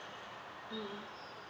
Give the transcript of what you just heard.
mm